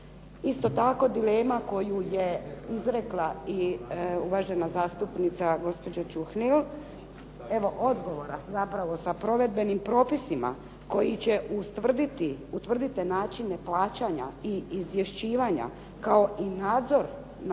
Isto tako, dilema koju je izrekla i uvažena zastupnica gospođa Čuhnil evo odgovora zapravo sa provedbenim propisima koji će ustvrditi, utvrditi te načine plaćanja i izvješćivanja kao i nadzor nad